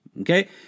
okay